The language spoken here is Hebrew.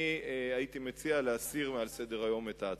אני הייתי מציע להסיר מעל סדר-היום את ההצעה.